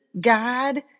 God